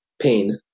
pain